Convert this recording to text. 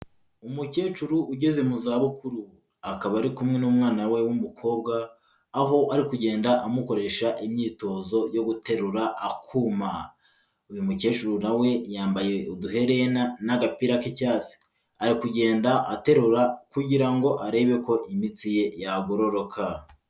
Umukecuru ugeze mu zabukuru, akaba ari kumwe n'umwana we w'umukobwa, aho ari kugenda amukoresha imyitozo yo guterura akuma, uyu mukecuru na we yambaye uduherena n'agapira k'icyatsi, ari kugenda aterura kugira ngo arebe ko imitsi ye yagororoka.